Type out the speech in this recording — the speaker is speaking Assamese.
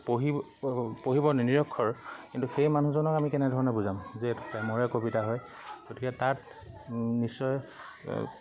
পঢ়িব পঢ়িব নিৰক্ষৰ কিন্তু সেই মানুহজনক আমি কেনেধৰণে বুজাম যে এইটো প্ৰেমৰে কবিতা হয় গতিকে তাত নিশ্চয়